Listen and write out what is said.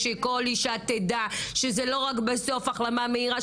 שכל אישה תדע שזה לא רק החלמה מהירה אלא